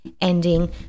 ending